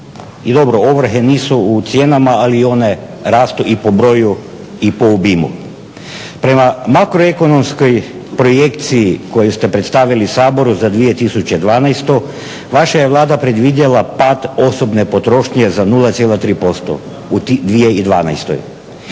I dobro, ovrhe nisu u cijenama ali i one rastu i po broju i po obimu. Prema makroekonomskoj projekciji koju ste predstavili Saboru za 2012. vaša je Vlada predvidjela pad osobne potrošnje za 0,3% u tih 2012.